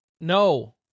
No